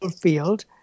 field